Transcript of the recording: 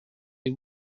des